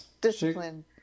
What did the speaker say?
discipline